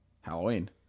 Halloween